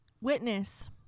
Witness